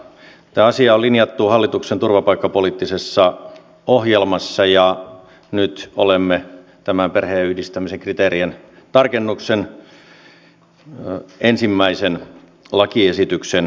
tämä asia on linjattu hallituksen turvapaikkapoliittisessa ohjelmassa ja nyt olemme tämän perheenyhdistämisen kriteerien tarkennuksen ensimmäisen lakiesityksen äärellä